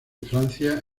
francia